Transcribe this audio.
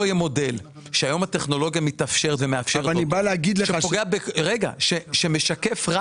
לא יהיה מודל שהיום הטכנולוגיה מתאפשרת ומאפשרת אותו שמשקף רק